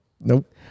Nope